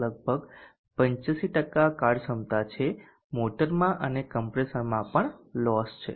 લગભગ 85 કાર્યક્ષમતા છે મોટરમાં અને કમ્પ્રેસરમાં પણ લોસ છે